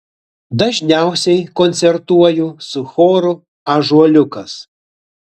dažniausiai koncertuoju su choru ąžuoliukas